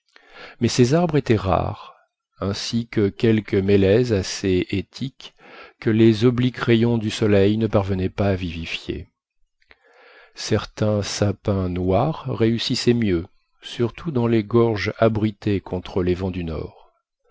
mais ces arbres étaient rares ainsi que quelques mélèzes assez étiques que les obliques rayons du soleil ne parvenaient pas à vivifier certains sapins noirs réussissaient mieux surtout dans les gorges abritées contre les vents du nord